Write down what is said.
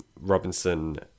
Robinson